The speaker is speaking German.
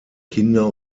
kinder